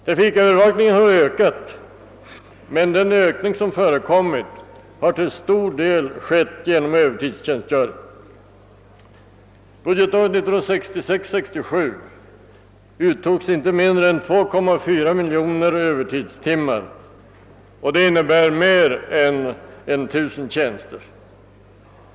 Trafikövervakningen har ökat, men denna ökning har till stor del måst ske genom Övertidstjänstgöring. Under budgetåret 1966/67 uttogs inte mindre än 2,4 miljoner övertidstimmar, vilket motsvarar mer än 1000 tjänster.